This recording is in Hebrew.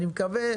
אני מקווה,